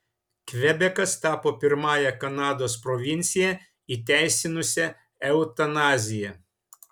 kvebekas tapo pirmąja kanados provincija įteisinusia eutanaziją